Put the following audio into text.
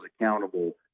accountable